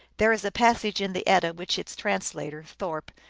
there is a passage in the edda which its translator, thorpe,